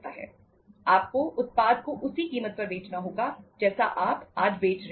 आपको उत्पाद को उसी कीमत पर बेचना होगा जैसा आप आज बेच रहे हैं